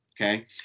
okay